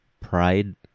pride